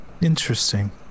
Interesting